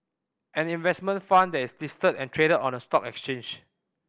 an investment fund that is listed and traded on a stock exchange